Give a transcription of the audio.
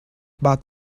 but